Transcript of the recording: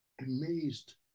amazed